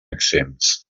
exempts